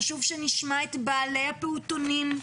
חשוב שנשמע את בעלי הפעוטונים,